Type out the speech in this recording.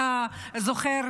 אתה זוכר,